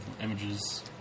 images